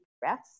breaths